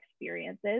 experiences